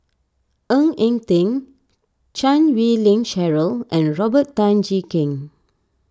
Ng Eng Teng Chan Wei Ling Cheryl and Robert Tan Jee Keng